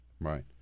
Right